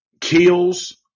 kills